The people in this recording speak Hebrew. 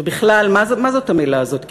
ובכלל, מה זאת המילה הזאת קיפאון?